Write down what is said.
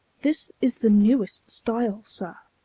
this is the newest style, sir.